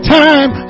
time